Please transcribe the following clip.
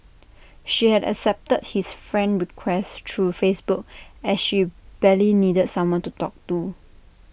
she had accepted his friend request through Facebook as she badly needed someone to talk to